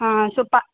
आं सोपा